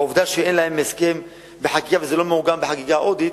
העובדה שאין הסכם בחקיקה ושזה לא מעוגן בחקיקה ההודית,